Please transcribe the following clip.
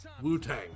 wu-tang